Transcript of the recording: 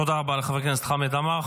תודה רבה לחבר הכנסת חמד עמאר.